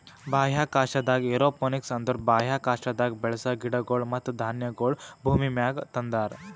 ಬಾಹ್ಯಾಕಾಶದಾಗ್ ಏರೋಪೋನಿಕ್ಸ್ ಅಂದುರ್ ಬಾಹ್ಯಾಕಾಶದಾಗ್ ಬೆಳಸ ಗಿಡಗೊಳ್ ಮತ್ತ ಧಾನ್ಯಗೊಳ್ ಭೂಮಿಮ್ಯಾಗ ತಂದಾರ್